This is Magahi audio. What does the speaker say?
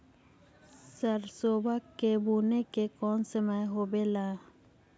सरसोबा के बुने के कौन समय होबे ला?